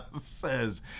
says